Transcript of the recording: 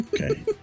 Okay